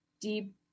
deep